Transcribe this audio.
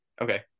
Okay